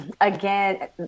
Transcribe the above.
again